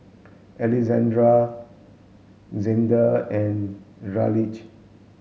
Alexzander Zander and Raleigh